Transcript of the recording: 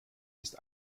ist